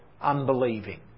unbelieving